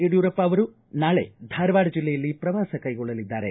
ಯಡಿಯೂರಪ್ಪ ಅವರು ನಾಳೆ ಧಾರವಾಡ ಜಿಲ್ಲೆಯಲ್ಲಿ ಪ್ರವಾಸ ಕೈಗೊಳ್ಳಲಿದ್ದಾರೆ